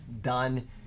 done